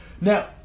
Now